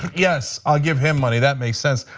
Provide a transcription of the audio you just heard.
yes, i'll give him money, that makes sense.